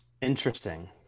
Interesting